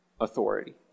authority